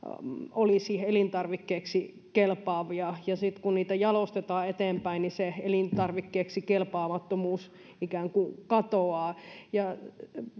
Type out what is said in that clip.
olisi elintarvikkeeksi kelpaavia ja sitten kun niitä jalostetaan eteenpäin niin se elintarvikkeeksi kelpaamattomuus ikään kuin katoaa